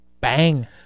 Bang